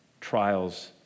trials